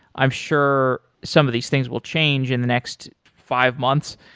i'm sure some of these things will change in the next five months,